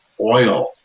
oil